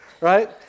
Right